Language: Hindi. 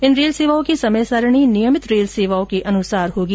इन रेल सेवाओं की समय सारिणी नियमित रेल सेवाओं के अनुसार होगी